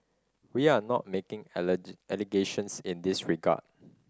we are not making allegations in this regard